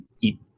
eat